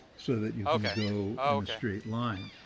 so that you can go in a straight line.